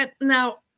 now